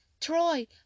Troy